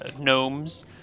gnomes